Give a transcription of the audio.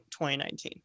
2019